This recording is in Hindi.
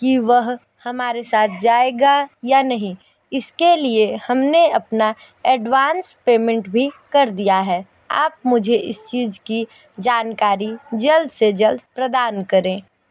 कि वह हमारे साथ जाएगा या नहीं इसके लिए हमने अपना एडवांस पेमेंट भी कर दिया है आप मुझे इस चीज की जानकारी जल्द से जल्द प्रदान करें